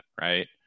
right